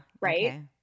Right